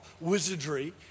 wizardry